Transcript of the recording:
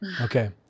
Okay